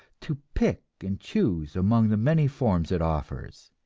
to pick and choose among the many forms it offers,